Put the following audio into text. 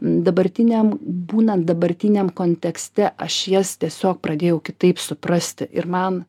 dabartiniam būnant dabartiniam kontekste aš jas tiesiog pradėjau kitaip suprasti ir man